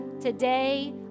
today